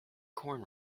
corn